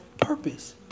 purpose